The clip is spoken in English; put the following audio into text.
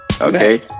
Okay